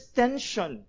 tension